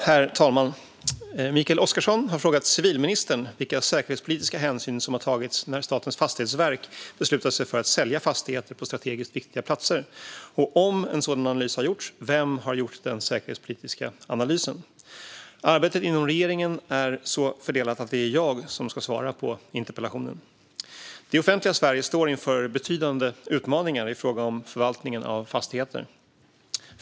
Herr talman! Mikael Oscarsson har frågat civilministern vilka säkerhetspolitiska hänsyn som har tagits när Statens fastighetsverk beslutat sig för att sälja fastigheter på strategiskt viktiga platser, och om en sådan analys har gjorts: Vem har gjort den säkerhetspolitiska analysen? Arbetet inom regeringen är så fördelat att det är jag som ska svara på interpellationen. Det offentliga Sverige står inför betydande utmaningar i fråga om förvaltningen av fastigheter.